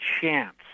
chance